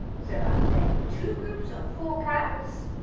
so i'm playing two groups of four counts,